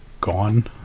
gone